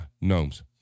gnomes